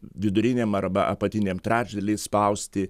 viduriniam arba apatiniam trečdaly spausti